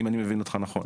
אם אני מבין אותך נכון.